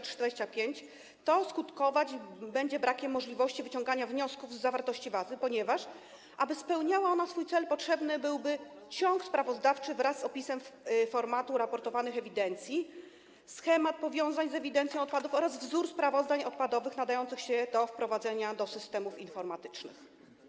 To skutkować będzie brakiem możliwości wyciągania wniosków z zawartości bazy, ponieważ aby spełniała ona swój cel, potrzebny byłby ciąg sprawozdawczy wraz z opisem formatu raportowanych z ewidencji danych, schemat powiązań z ewidencją odpadów oraz wzór sprawozdań odpadowych nadających się do wprowadzenia do systemów informatycznych.